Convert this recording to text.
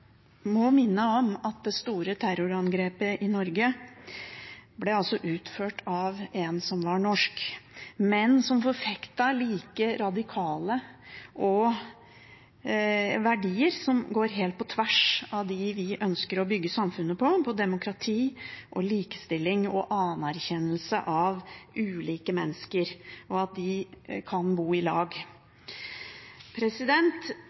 må minne om at det store terrorangrepet i Norge ble utført av en som var norsk, men som forfektet radikale verdier som går helt på tvers av dem som vi ønsker å bygge samfunnet på: demokrati, likestilling og anerkjennelse av ulike mennesker, og at de kan bo i lag.